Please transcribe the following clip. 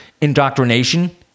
indoctrination